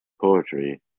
poetry